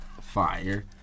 fire